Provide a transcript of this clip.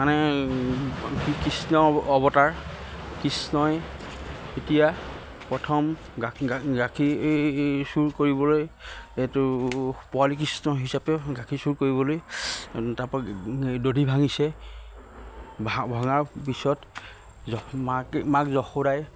মানে কৃষ্ণ অৱতাৰ কৃষ্ণই এতিয়া প্ৰথম গাখীৰ চোৰ কৰিবলৈ এইটো পোৱালী কৃষ্ণ হিচাপে গাখীৰ চুৰ কৰিবলৈ তাৰপা দধি ভাঙিছে ভা ভঙাৰ পিছত মাক মাক যশুদাই